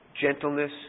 gentleness